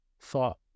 thought